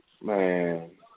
Man